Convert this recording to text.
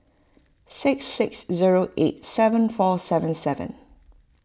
six six zero eight seven four seven seven